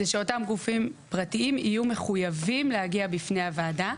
זה שאותם גופים פרטיים יהיו מחויבים להגיע בפני הוועדה.